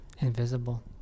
Invisible